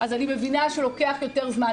אז אני מבינה שלוקח יותר זמן,